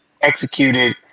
executed